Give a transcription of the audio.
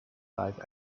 like